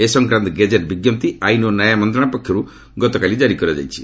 ଏ ସଂକ୍ରାନ୍ତ ଗେଜେଟ୍ ବିଞ୍ଜପ୍ତି ଆଇନ୍ ଓ ନ୍ୟାୟ ମନ୍ତ୍ରଣାଳୟ ପକ୍ଷରୁ କାରି କରାଯାଇଛି